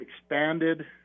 expanded